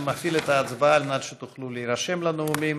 אני מפעיל את ההצבעה על מנת שתוכלו להירשם לנאומים.